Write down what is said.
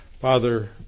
Father